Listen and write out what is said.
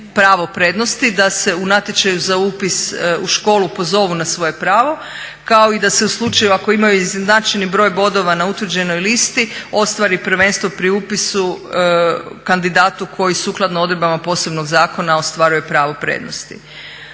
da se u natječaju za upis u školu pozovu na svoje pravo, kao i da se u slučaju ako imaju izjednačeni broj bodova na utvrđenoj listi ostvari prvenstvo pri upisu kandidatu koji sukladno odredbama posebnog zakona ostvaruje pravo prednosti.